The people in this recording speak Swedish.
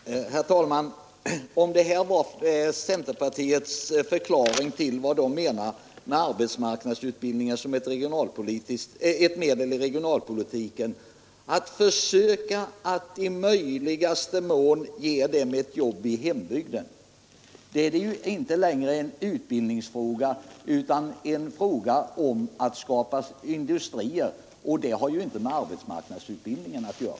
Torsdagen den Herr talman! Om det här är centerpartiets förklaring till vad man 15 mars 1973 menar med arbetsmarknadsutbildning som ett medel i regionalpolitiken, nämligen att försöka att i möjligaste mån ge människorna ett jobb i hembygden, då är det ju inte längre en utbildningsfråga utan en fråga om att skapa industrier. Det har ju inte med arbetsmarknadsutbildning att göra.